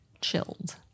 chilled